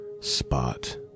spot